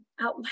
out